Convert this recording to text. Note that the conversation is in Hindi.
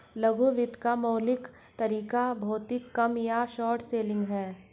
लघु वित्त का मौलिक तरीका भौतिक कम या शॉर्ट सेलिंग है